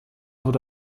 wurde